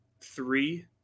three